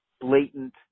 blatant